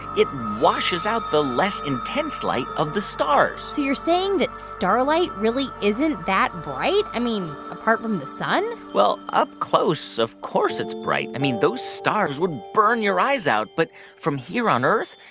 it washes out the less-intense light of the stars so you're saying that starlight really isn't that bright i mean, apart from the sun well, up close, of course it's bright. i mean, those stars would burn your eyes out. but from here on earth,